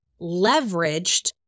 leveraged